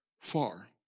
far